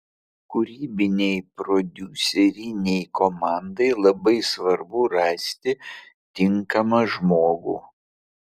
kūrybinei prodiuserinei komandai labai svarbu rasti tinkamą žmogų